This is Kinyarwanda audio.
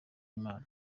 imana